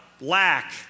lack